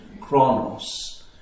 chronos